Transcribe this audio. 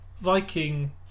Viking